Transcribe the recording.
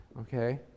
Okay